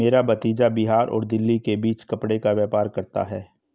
मेरा भतीजा बिहार और दिल्ली के बीच कपड़े का व्यापार करता है